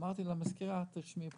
אמרתי למזכירה: תרשמי בפרוטוקול,